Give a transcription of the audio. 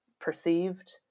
perceived